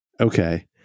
Okay